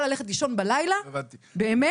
ונוכל ללכת לישון בלילה באמת כמו שצריך.